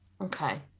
Okay